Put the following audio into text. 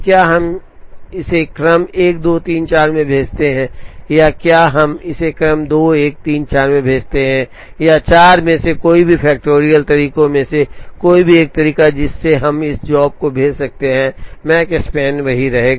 क्या हम इसे क्रम 1 2 3 4 में भेजते हैं या क्या हम इसे क्रम 2 1 3 4 में भेजते हैं या 4 में से कोई भी फैक्टरियल तरीकों में से कोई भी एक तरीका जिससे हम इस जॉब को भेज सकते हैं माकस्पैन वही रहेगा